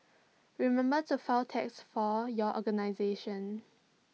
remember to file tax for your organisation